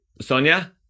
Sonia